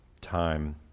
time